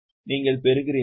எனவே நீங்கள் பெறுகிறீர்களா